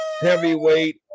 Heavyweight